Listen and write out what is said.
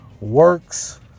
works